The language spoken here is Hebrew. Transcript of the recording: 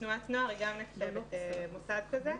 תנועת נוער גם נחשבת מוסד כזה,